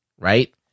right